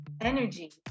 energy